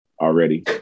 already